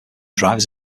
drivers